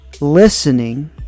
listening